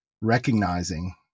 recognizing